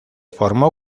formó